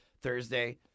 Thursday